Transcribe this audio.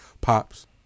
Pops